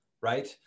Right